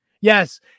Yes